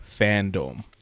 fandom